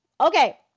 okay